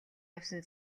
явсан